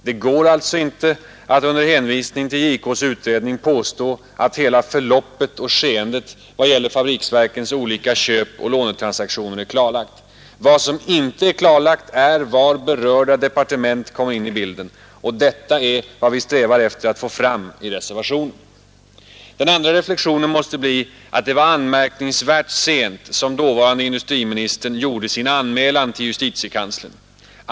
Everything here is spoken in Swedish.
Det går alltså inte att under hänvisning till JK:s utredning påstå att hela förloppet och skeendet i vad gäller fabriksverkens olika köp och lånetransaktioner är klarlagt. Vad som inte är klarlagt är var berörda departement kommer in i bilden. Och detta är vad vi strävar efter att få fram i reservationen. Den andra reflexionen måste bli att det var anmärkningsvärt sent som dåvarande industriministern gjorde sin anmälan till JK.